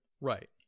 right